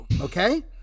Okay